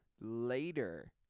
later